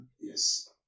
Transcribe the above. Yes